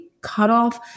cutoff